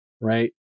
right